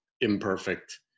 imperfect